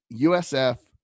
USF